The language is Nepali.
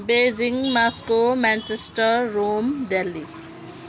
Beijing Moscow Manchester Rome Delhi